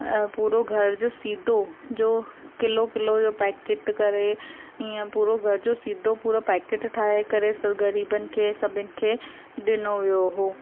पूरो घर जो सीधो जो किलो किलो जो पैकेट करे हीअं पूरो घर जो सीधो पूरो पैकेट ठाहे करे सभु गरीबनि खे सभिनी खे ॾिनो वियो हुओ